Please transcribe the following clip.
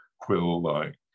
quill-like